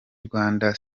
rwanda